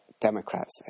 Democrats